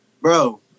Bro